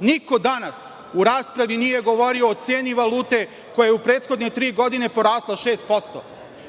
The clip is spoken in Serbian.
Niko danas u raspravi nije govorio o ceni valute koja je u prethodne tri godine porasla 6%.